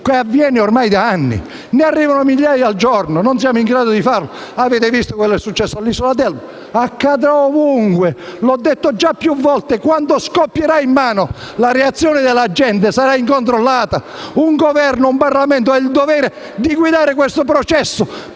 che avviene ormai da anni? Ne arrivano migliaia al giorno e non siamo in grado di fare nulla. Avete visto che cosa è successo all'isola d'Elba? Accadrà ovunque - l'ho detto più volte - e quando questo problema vi scoppierà in mano la reazione della gente sarà incontrollata. Un Governo e un Parlamento hanno il dovere di guidare questo processo